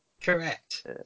Correct